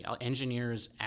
Engineers